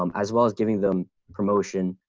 um as well as giving them promotion,